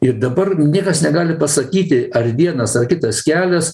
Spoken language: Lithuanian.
ir dabar niekas negali pasakyti ar vienas ar kitas kelias